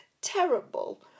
terrible